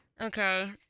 Okay